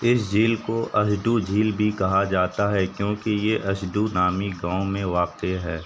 اس جھیل کو اسڈو جھیل بھی کہا جاتا ہے کیونکہ یہ اسڈو نامی گاؤں میں واقع ہے